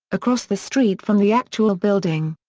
across the street from the actual building.